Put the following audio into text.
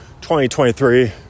2023